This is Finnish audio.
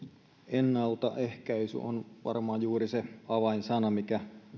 ennaltaehkäisy on varmaan juuri se avainsana